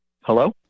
Hello